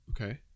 Okay